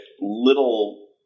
little